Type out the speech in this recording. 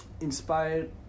inspired